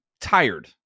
tired